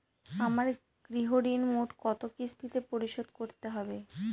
আমার গৃহঋণ মোট কত কিস্তিতে পরিশোধ করতে হবে?